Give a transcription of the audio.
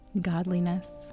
godliness